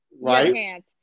Right